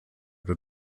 der